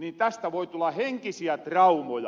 tästä voi tulla henkisiä traumoja